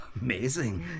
Amazing